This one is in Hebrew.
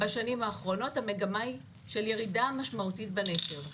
בשנים האחרונות המגמה היא של ירידה משמעותית בנשר.